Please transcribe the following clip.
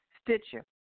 Stitcher